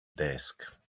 desk